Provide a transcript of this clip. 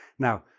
now,